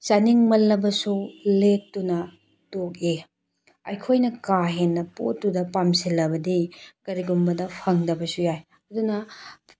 ꯆꯥꯅꯤꯡꯃꯟꯂꯕꯁꯨ ꯂꯦꯛꯇꯨꯅ ꯇꯣꯛꯏ ꯑꯩꯈꯣꯏꯅ ꯀꯥꯍꯦꯟꯅ ꯄꯣꯠꯇꯨꯗ ꯄꯥꯝꯁꯟꯂꯕꯗꯤ ꯀꯔꯤꯒꯨꯝꯕꯗ ꯐꯪꯗꯕꯁꯨ ꯌꯥꯏ ꯑꯗꯨꯅ